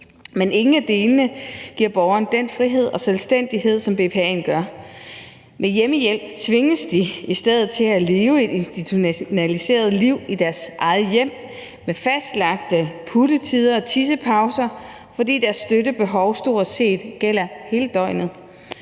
Men ingen af delene giver borgeren den frihed og selvstændighed, som BPA'en gør. Med hjemmehjælp tvinges de i stedet til at leve et institutionaliseret liv i deres eget hjem med fastlagte puttetider og tissepauser, fordi deres støttebehov stort set gælder hele døgnet.